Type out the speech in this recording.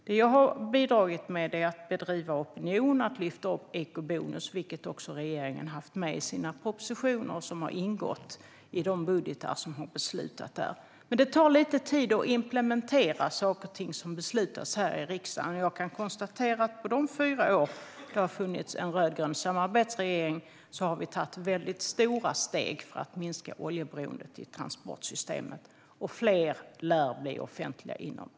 Det jag har bidragit med är att bedriva opinion och lyfta fram eco-bonusen, som också regeringen har haft med i sina propositioner och som har ingått i de budgetar som har beslutats. Men det tar lite tid att implementera saker och ting som beslutas här i riksdagen. Jag kan konstatera att vi under de fyra år det har funnits en rödgrön samarbetsregering har tagit väldigt stora steg för att minska oljeberoendet i transportsystemet, och fler lär bli offentliga inom kort.